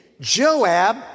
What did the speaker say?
Joab